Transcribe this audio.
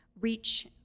reach